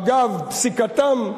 אגב פסיקתם,